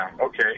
okay